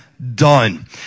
done